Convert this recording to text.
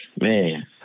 man